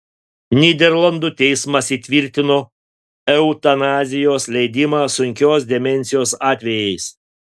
nyderlandų teismas įtvirtino eutanazijos leidimą sunkios demencijos atvejais